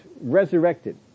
resurrected